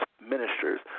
ministers